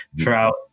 throughout